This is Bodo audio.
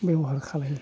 बेब'हार खालायो